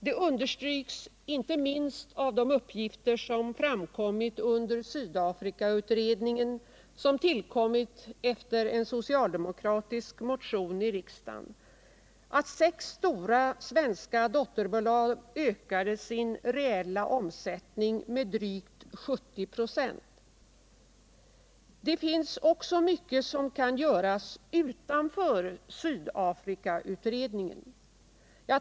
Detta understryks inte minst av de uppgifter som framkommit under Sydafrikautredningen, som tillkommit efter en socialdemokratisk motion i riksdagen, om att sex stora svenska dotterbolag ökade sin reella omsättning med drygt 70 96. Det finns också mycket som kan göras utanför Sydafrikautredningen.